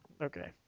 Okay